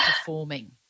performing